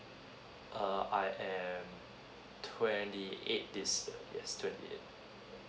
err I am twenty eight this year yes twenty eight